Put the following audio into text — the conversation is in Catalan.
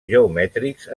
geomètrics